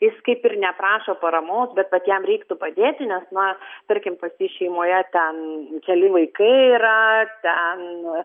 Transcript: jis kaip ir neprašo paramos bet vat jam reiktų padėti nes na tarkim pas jį šeimoje ten keli vaikai yra ten